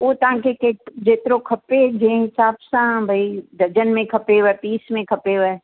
उहो तव्हांखे के जेतिरो खपे जें हिसाब सां भई डजन में खपेव पीस में खपेव